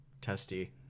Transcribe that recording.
testy